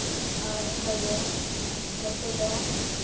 ᱟᱨ ᱚᱱᱠᱟᱜᱮ ᱱᱚᱛᱮ ᱫᱚ